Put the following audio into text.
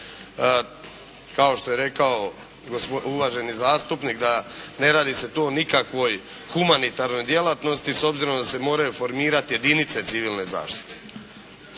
kao što je rekao uvaženi zastupnik da ne radi se tu o nikakvoj humanitarnoj djelatnosti s obzirom da se moraju formirati jedinice civilne zaštite.